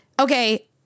okay